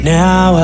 now